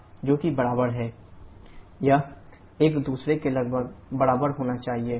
Pc यह एक दूसरे के लगभग बराबर होना चाहिए